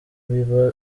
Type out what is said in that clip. biba